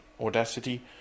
Audacity